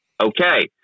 okay